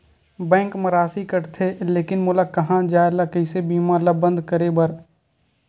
Bank मा राशि कटथे लेकिन मोला कहां जाय ला कइसे बीमा ला बंद करे बार?